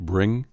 Bring